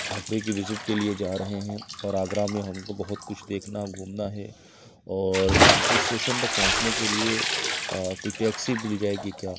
آگرہ کی وزٹ کے لیے جا رہے ہیں اور آگرہ میں ہم کو بہت کچھ دیکھنا گھومنا ہے اور ہم کو اسٹیشن تک پہنچنے کے لیے کوئی ٹیکسی مل جائے گی کیا